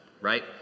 right